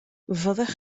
fyddech